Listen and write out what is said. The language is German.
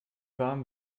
warm